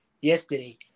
yesterday